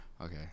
Okay